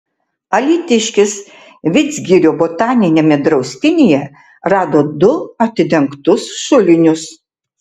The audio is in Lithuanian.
alytiškis vidzgirio botaniniame draustinyje rado du atidengtus šulinius